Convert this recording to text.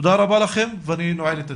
תודה רבה לכם ואני נועל את הדיון.